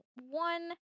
one